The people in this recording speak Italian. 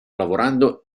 lavorando